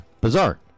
bizarre